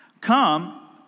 Come